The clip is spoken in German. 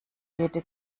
jede